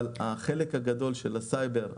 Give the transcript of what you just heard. אבל החלק הגדול של הסייבר,